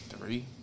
Three